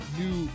new